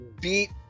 beat